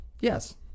Yes